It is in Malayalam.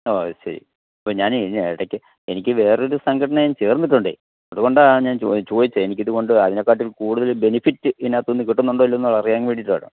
ഓ അതുശരി ഇപ്പോൾ ഞാനേ ഇടയ്ക്ക് എനിക്ക് വേറൊരു സംഘടനയിൽ ചേർന്നിട്ടുണ്ടേ അത്കൊണ്ടാ ഞാൻ ചോദിച്ചത് എനിക്കിത് കൊണ്ട് അതിനെക്കാട്ടിയും കൂടുതൽ ബെനിഫിറ്റ് ഇതിനകത്തുനിന്ന് കിട്ടുന്നുണ്ടോ ഇല്ലയോ എന്ന് അറിയാൻ വേണ്ടിയിട്ടാണ്